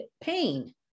pain